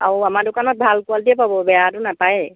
আৰু আমাৰ দোকত ভাল কোৱালটিয়ে পাব বেয়াটো নাপায়েই